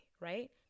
right